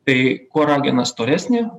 tai kuo ragena storesnė